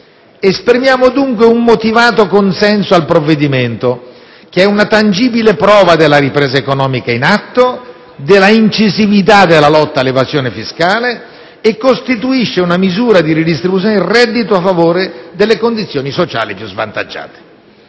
Esprimiamo dunque un motivato consenso al provvedimento, che è una tangibile prova della ripresa economica in atto e dell'incisività della lotta all'evasione fiscale e costituisce una misura di ridistribuzione del reddito a favore delle condizioni sociali più svantaggiate.